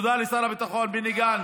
תודה לשר הביטחון בני גנץ.